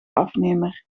afnemer